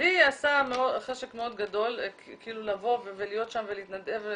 עשה חשק מאוד גדול לבוא ולהיות שם ולהתנדב,